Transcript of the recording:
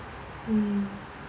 mm